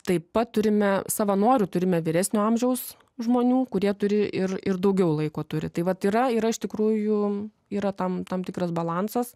taip pat turime savanorių turime vyresnio amžiaus žmonių kurie turi ir ir daugiau laiko turi tai vat yra yra iš tikrųjų yra tam tam tikras balansas